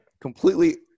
completely